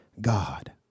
God